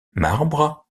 marbre